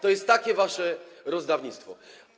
To jest takie wasze rozdawnictwo.